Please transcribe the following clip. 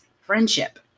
friendship